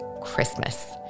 Christmas